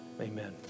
amen